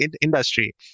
industry